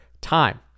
time